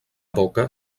evoca